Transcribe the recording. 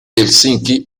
helsinki